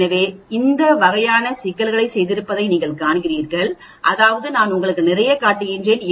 எனவே நீங்கள் இந்த வகையான சிக்கல்களைச் செய்திருப்பதை நீங்கள் காண்கிறீர்கள் அதாவது நான் உங்களுக்கு நிறையக் காட்டுகிறேன்